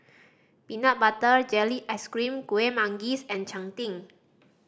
peanut butter jelly ice cream Kuih Manggis and cheng tng